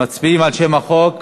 מצביעים על שם החוק